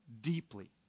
deeply